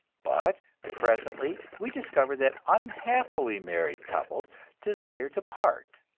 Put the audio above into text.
but presently we discover that unhappily married couples desire to part,